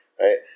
right